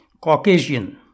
Caucasian